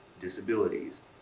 disabilities